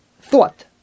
thought